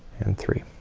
and three.